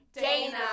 Dana